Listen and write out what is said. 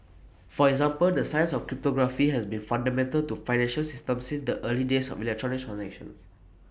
for example the science of cryptography has been fundamental to financial system since the early days of electronic transactions